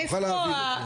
ונוכל להעביר את זה.